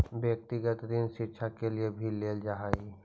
व्यक्तिगत ऋण शिक्षा के लिए भी लेल जा हई